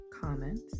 comments